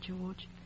George